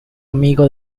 amigo